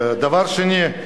דבר שני,